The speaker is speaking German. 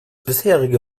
bisherige